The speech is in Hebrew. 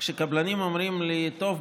כשקבלנים אומרים לי: טוב,